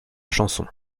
chanson